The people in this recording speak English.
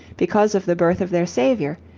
because of the birth of their saviour,